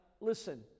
listen